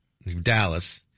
Dallas